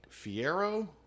Fiero